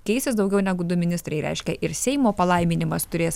keisis daugiau negu du ministrai reiškia ir seimo palaiminimas turės